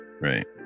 Right